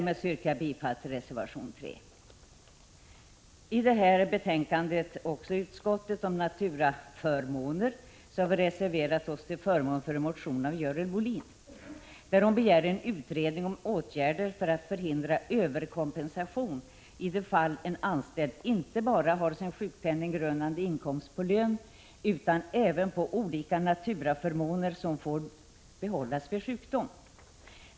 Jag yrkar bifall till reservation nr 3. I utskottets betänkande behandlas också frågan om naturaförmåner. Därvidlag har vi reserverat oss till förmån för en motion av Görel Bohlin, i vilken hon begär en utredning om åtgärder för att förhindra överkompensation i de fall en anställd inte bara har sin sjukpenninggrundande inkomst baserad på lön utan även på olika naturaförmåner som får behållas vid sjukdom.